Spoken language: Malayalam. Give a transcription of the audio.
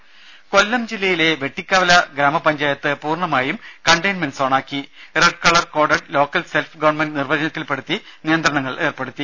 രുമ കൊല്ലം ജില്ലയിലെ വെട്ടിക്കവല ഗ്രാമപഞ്ചായത്ത് പൂർണമായും കണ്ടെയിൻമെന്റ് സോണാക്കി red colour coded local self government നിർവ്വചനത്തിൽപ്പെടുത്തി നിയന്ത്രണങ്ങൾ ഏർപ്പെടുത്തി